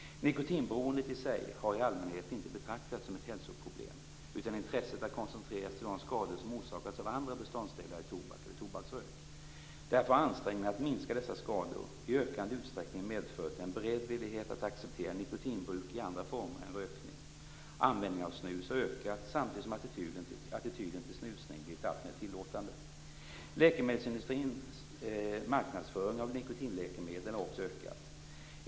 Nikotinberoende i sig har i allmänhet inte betraktats som ett hälsoproblem, utan intresset har koncentrerats till de skador som orsakats av andra beståndsdelar i tobak eller tobaksrök. Därför har ansträngningarna att minska dessa skador i ökande utsträckning medfört en beredvillighet att acceptera nikotinbruk i andra former än rökning. Användningen av snus har ökat samtidigt som attityden till snusning blivit alltmer tillåtande. Läkemedelsindustrins marknadsföring av nikotinläkemedel har också ökat.